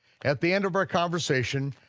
at the end of our conversation,